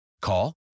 Call